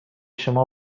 شما